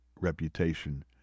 reputation